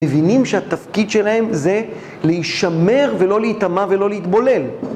הם מבינים שהתפקיד שלהם זה להישמר ולא להיטמע ולא להתבולל